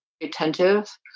attentive